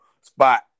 spot